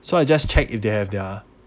so I just check if they have their